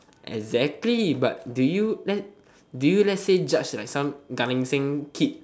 exactly but do you let's do you let's say judge like some Gan-Eng-Seng kid